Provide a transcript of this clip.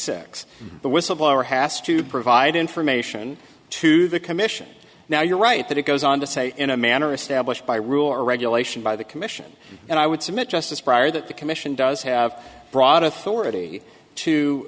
six the whistleblower has to provide information to the commission now you're right that it goes on to say in a manner established by rule or regulation by the commission and i would submit just as prior that the commission does have broad authority to